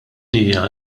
hija